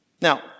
Now